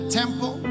temple